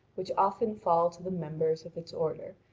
which often fall to the members of its order,